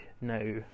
now